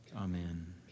Amen